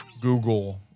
Google